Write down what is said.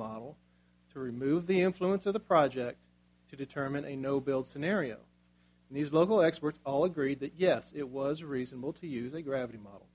model to remove the influence of the project to determine a no build scenario and these local experts all agreed that yes it was reasonable to use a gravity model